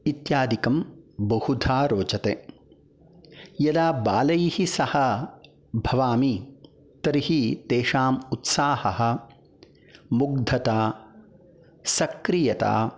इत्यादिकं बहुदा रोचते यदा बालैः सह भवामि तर्हि तेषाम् उत्साहः मुग्धता सक्रीयता